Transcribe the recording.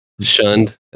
shunned